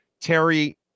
Terry